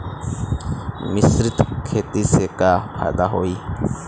मिश्रित खेती से का फायदा होई?